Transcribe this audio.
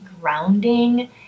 grounding